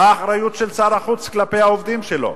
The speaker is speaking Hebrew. מה האחריות של שר החוץ כלפי העובדים שלו?